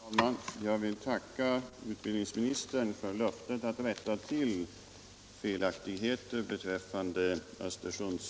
Herr talman! Jag vill tacka utbildningsministern för löftet att rätta till felaktigheter beträffande pengarna till Östersund.